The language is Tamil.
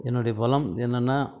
என்னுடைய பலம் வந்து என்னன்னால்